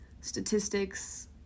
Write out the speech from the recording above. statistics